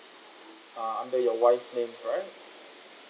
ah under your wife name correct